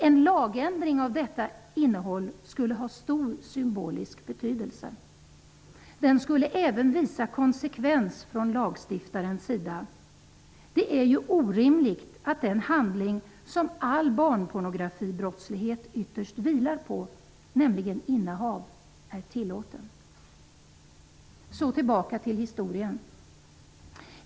En lagändring av detta innehåll skulle ha stor symbolisk betydelse. Den skulle även visa konsekvens från lagstiftarens sida. Det är ju orimligt att den handling som all barnpornografibrottslighet ytterst vilar på, nämligen innehav är tillåten. Så tillbaka till historien.